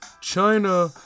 China